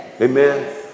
Amen